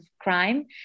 crime